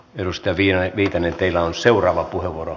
edustaja viitanen teillä on seuraava puheenvuoro